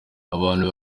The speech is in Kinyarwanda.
abantu